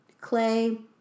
clay